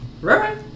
right